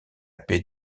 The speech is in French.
paix